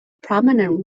prominent